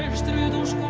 um stimulants.